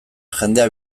jendea